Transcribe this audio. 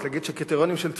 רק להגיד שקריטריונים של תפוקה,